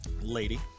Lady